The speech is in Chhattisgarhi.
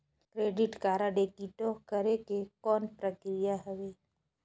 क्रेडिट कारड एक्टिव करे के कौन प्रक्रिया हवे?